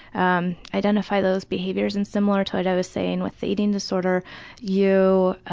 um identify those behaviors and similar to what i was saying with eating disorders you